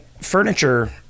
Furniture